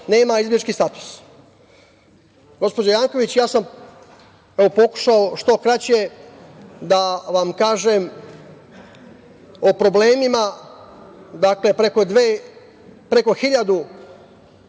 nema izbeglički status. Gospođo Janković, ja sam pokušao što kraće da vam kažem o problemima, dakle preko hiljadu